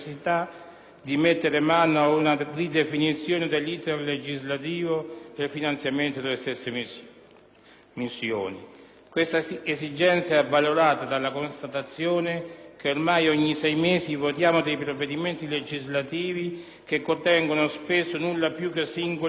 Questa esigenza è avvalorata dalla constatazione che ormai ogni sei mesi votiamo dei provvedimenti legislativi che contengono spesso nulla più che singole autorizzazioni di spesa e la riproposizione di disposizioni transitorie relative al trattamento del